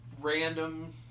random